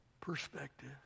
perspective